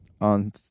on